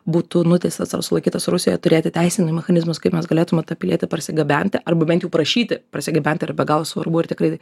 būtų nuteistas ar sulaikytas rusijoj turėti teisinius mechanizmus kaip mes galėtume tą pilietį parsigabenti arba bent jau prašyti parsigabenti yra be galo svarbu ir tikrai